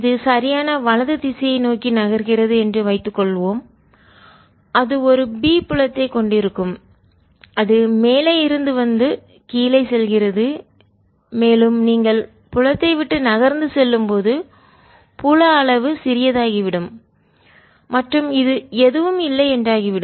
இது சரியான வலது திசையை நோக்கி நகர்கிறது என்று வைத்துக்கொள்வோம் அது ஒரு B புலத்தை கொண்டிருக்கும் அது மேலே இருந்து வந்து கீழே செல்கிறது மேலும் நீங்கள் புலத்தை விட்டு நகர்ந்து செல்லும் போது புல அளவு சிறியதாகிவிடும்மற்றும் இது எதுவும் இல்லை என்றாகிவிடும்